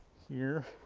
here,